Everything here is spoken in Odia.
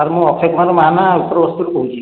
ସାର୍ ମୁଁ ଅକ୍ଷୟ କୁମାର ମହାନା ଉପର ବସ୍ଥିରୁ କହୁଛି